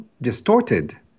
Distorted